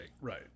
right